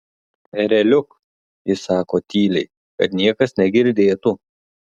ereliuk ji sako tyliai kad niekas negirdėtų